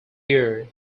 year